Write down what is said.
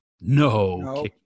No